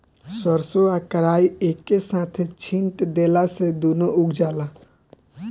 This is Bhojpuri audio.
सरसों आ कराई एके साथे छींट देला से दूनो उग जाला